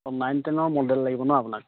nine টেনৰ model লাগিব ন আপোনাক